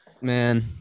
Man